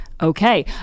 Okay